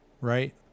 right